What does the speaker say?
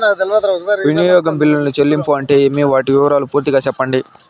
వినియోగ బిల్లుల చెల్లింపులు అంటే ఏమి? వాటి వివరాలు పూర్తిగా సెప్పండి?